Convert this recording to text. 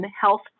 health